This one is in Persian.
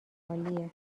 عالیه